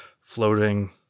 floating